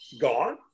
gone